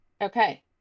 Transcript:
Okay